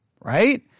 right